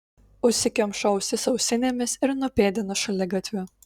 užsikemšu ausis ausinėmis ir nupėdinu šaligatviu